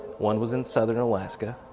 one was in southern alaska,